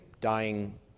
dying